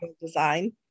design